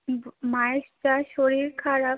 মায়ের আজ শরীর খারাপ